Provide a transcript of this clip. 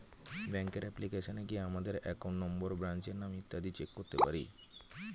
ব্যাঙ্কের অ্যাপ্লিকেশনে গিয়ে আমাদের অ্যাকাউন্ট নম্বর, ব্রাঞ্চের নাম ইত্যাদি চেক করতে পারি